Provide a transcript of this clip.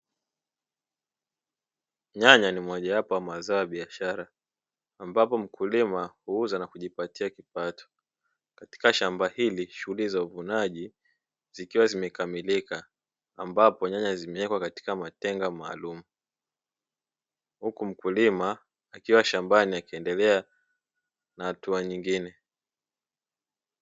Nyanya ni mojawapo wa mazao biashara ambapo mkulima huuza na kujipatia kipato, katika shamba hili shughuli za uvunaji zikiwa zimekamilika ambapo nyanya zimewekwa katika matenga maalumu, huku mkulima akiwa shambani akiendelea na hatua nyingine.